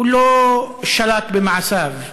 הוא לא שלט במעשיו.